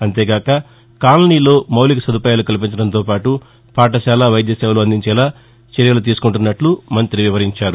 అంతేగాక కాలనీలో మౌలిక సదుపాయాలు కల్పించడంతో పాటు పాఠశాల వైద్యసేవలు అందించేలా చర్యలు తీసుకుంటున్నామన్నారు